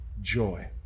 joy